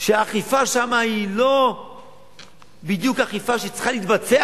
שהאכיפה שם היא לא בדיוק אכיפה שצריכה להתבצע,